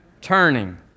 turning